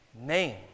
name